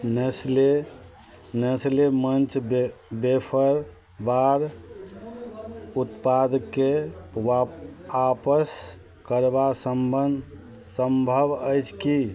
Nestle Nestle मञ्च बे wafer bar उत्पादके वाप आपस करबा सम्बन्ध सम्भव अछि कि